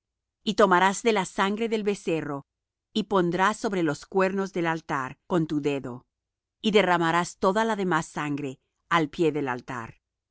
y tomarás de la sangre del becerro y pondrás sobre los cuernos del altar con tu dedo y derramarás toda la demás sangre al pie del altar